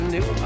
New